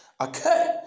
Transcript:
Okay